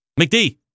McD